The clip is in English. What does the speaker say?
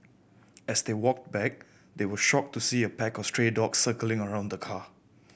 as they walk back they were shocked to see a pack of stray dogs circling around the car